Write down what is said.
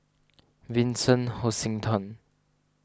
Vincent Hoisington